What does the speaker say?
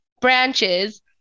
branches